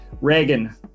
Reagan